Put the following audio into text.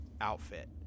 outfit